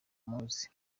muzi